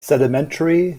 sedimentary